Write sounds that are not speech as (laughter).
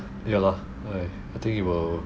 ya lor (breath) I think it will